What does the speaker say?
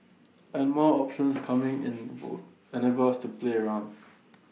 and more options coming in would enable us to play around